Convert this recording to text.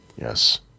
yes